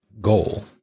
goal